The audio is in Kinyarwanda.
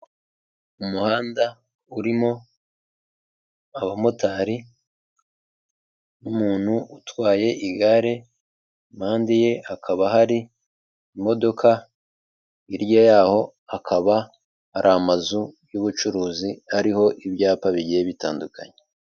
Umuhanda urimo abamotari n'umuntu utwaye igare, impande ye hakaba hari imodoka, hirya yaho hakaba hari amazu y'ubucuruzi ariho ibyapa bigiye bitandukanye.